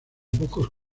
pocos